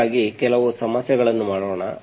ಹಾಗಾಗಿ ಕೆಲವು ಸಮಸ್ಯೆಗಳನ್ನು ಮಾಡೋಣ